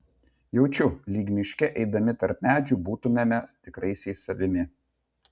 jaučiu lyg miške eidami tarp medžių būtumėme tikraisiais savimi